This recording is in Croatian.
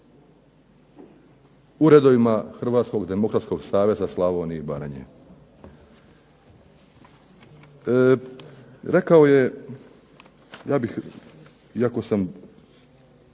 redovima Hrvatskog demokratskog saveza Slavonije i Baranje. Ja bih, iako sam